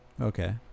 Okay